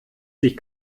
sich